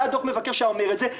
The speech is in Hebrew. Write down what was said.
והיה דוח מבקר שהיה אומר את זה,